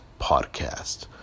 podcast